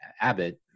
Abbott